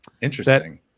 Interesting